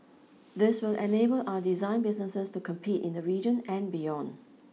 this will enable our design businesses to compete in the region and beyond